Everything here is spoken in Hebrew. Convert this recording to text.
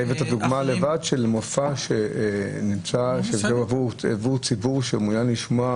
הבאת דוגמה למופע עבור ציבור שמעונין לשמוע